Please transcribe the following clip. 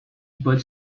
bud